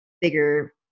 bigger